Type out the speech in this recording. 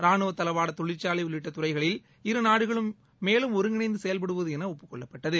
ராணுவத் தளவாட தொழிற்சாலை உள்ளிட்ட துறைகளில் இரு நாடுகளும் மேலும் ஒருங்கிணைந்து செயல்படுவது என ஒப்புக்கொள்ளப்பட்டது